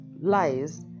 lies